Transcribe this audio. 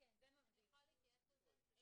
אני אוכל להתייעץ על זה?